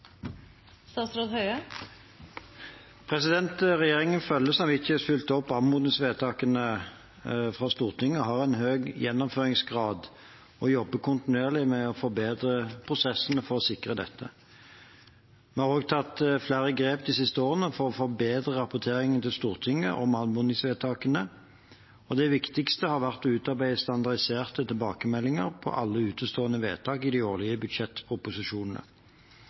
Regjeringen følger samvittighetsfullt opp anmodningsvedtakene fra Stortinget, har en høy gjennomføringsgrad og jobber kontinuerlig med å forbedre prosessene for å sikre dette. Vi har også tatt flere grep de siste årene for å forbedre rapporteringen til Stortinget om anmodningsvedtakene. Det viktigste har vært å utarbeide standardiserte tilbakemeldinger på alle utestående vedtak i de årlige budsjettproposisjonene.